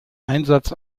einsatz